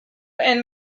and